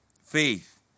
faith